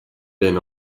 been